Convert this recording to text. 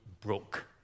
broke